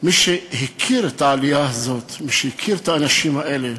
מי שהכיר את העלייה הזו, מי שהכיר את האנשים האלה,